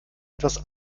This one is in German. etwas